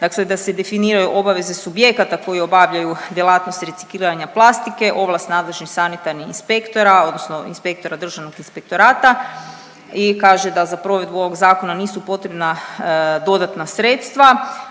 dakle da se definiraju obaveze subjekata koji obavljaju djelatnosti recikliranja plastike, ovlast nadležnih sanitarnih inspektora odnosno inspektora Državnog inspektorata i kaže da za provedbu ovog Zakona nisu potrebna dodatna sredstva,